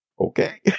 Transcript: Okay